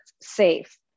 safe